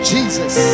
Jesus